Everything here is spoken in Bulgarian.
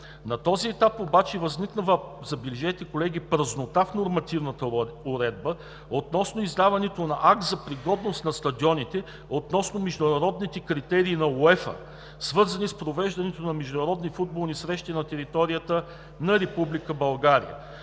На този етап обаче възникна, забележете, колеги, празнота в нормативната уредба относно издаването на акт за пригодност на стадионите относно международните критерии на УЕФА, свързани с провеждането на международни